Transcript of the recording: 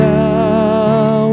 now